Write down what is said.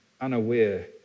unaware